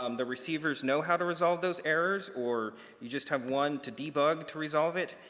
um the receivers know how to resolve those errors or you just have one to debug to resolve it,